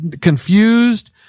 confused